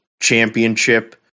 championship